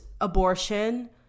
abortion